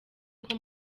uko